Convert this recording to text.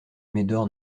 médor